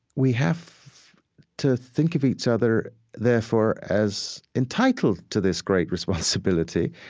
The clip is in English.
we have to think of each other therefore as entitled to this great responsibility.